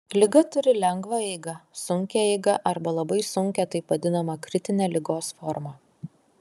liga turi lengvą eigą sunkią eigą arba labai sunkią taip vadinamą kritinę ligos formą